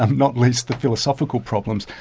um not least the philosophical problems.